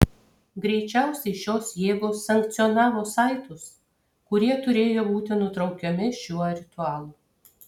greičiausiai šios jėgos sankcionavo saitus kurie turėjo būti nutraukiami šiuo ritualu